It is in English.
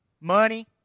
Money